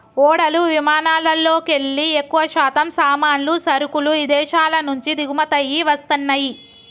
ఓడలు విమానాలల్లోకెల్లి ఎక్కువశాతం సామాన్లు, సరుకులు ఇదేశాల నుంచి దిగుమతయ్యి వస్తన్నయ్యి